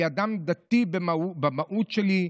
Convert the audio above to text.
אני אדם דתי במהות שלי.